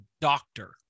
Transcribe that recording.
doctor